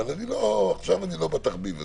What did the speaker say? אבל עכשיו אני לא בתחביב הזה.